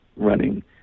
running